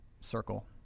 circle